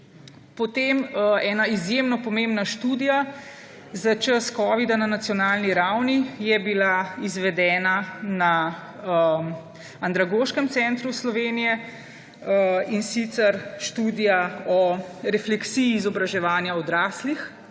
Potem, ena izjemno pomembna študija za čas covida na nacionalni ravni je bila izvedena na Andragoškem centru Slovenije, in sicer študija o refleksiji izobraževanja odraslih